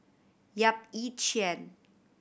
Yap Ee Chian